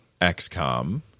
XCOM